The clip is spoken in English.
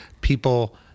people